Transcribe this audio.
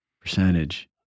percentage